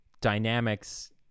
dynamics